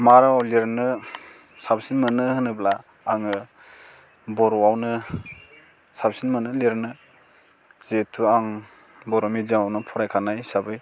मा रावाव लिरनो साबसिन मोनो होनोब्ला आङो बर'आवनो साबसिन मोनो लिरनो जिहेथु आं बर' मिडियामावनो फरायखानाय हिसाबै